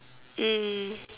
mm